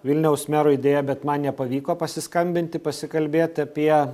vilniaus merui deja bet man nepavyko pasiskambinti pasikalbėti apie